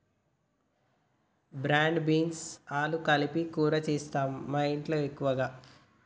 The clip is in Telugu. బ్రాడ్ బీన్స్ ఆలు కలిపి కూర చేస్తాము మాఇంట్లో ఎక్కువగా